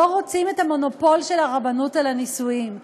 לא רוצים את המונופול של הרבנות על הנישואים.